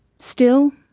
still,